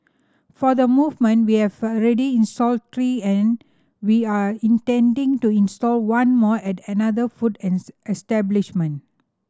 for the movement we have already installed three and we are intending to install one more at another food establishment